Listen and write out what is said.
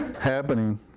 Happening